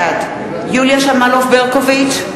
בעד יוליה שמאלוב-ברקוביץ,